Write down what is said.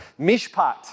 mishpat